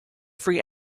free